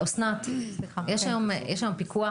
אסנת, יש היום פיקוח?